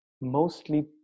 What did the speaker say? mostly